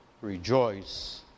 rejoice